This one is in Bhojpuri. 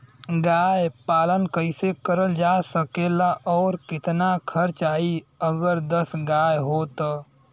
गाय पालन कइसे करल जा सकेला और कितना खर्च आई अगर दस गाय हो त?